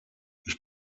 ich